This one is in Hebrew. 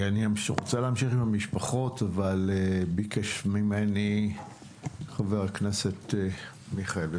אני רוצה להמשיך עם המשפחות אבל ביקש ממני חבר הכנסת מיכאל ביטון,